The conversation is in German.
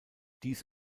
dies